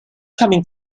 coming